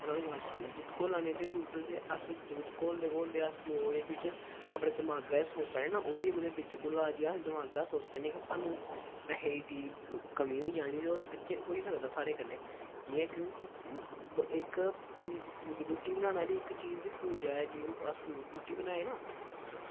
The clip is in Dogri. ते तुआनू गल्ल सनानां दुद्ध घोला ने ते दुद्ध च अस दुद्ध घोलदे घोलदे अस जो एह्दे बिच्च अपने दमागै च सोचा ने आं ना ओह् बी एह्दे बिच्च घुला दी ऐ ते अस दमादा दा सोचने कि सानू पैहे दी कमी होई जानी ते ओह् सच्चें होई सकदा ऐ साढ़े कन्नै एह् ऐ कि इक रुट्टी बनाना बी इक चीज़ पूजा ऐ एह् जेह्ड़ी अस रुट्टी बनाई ना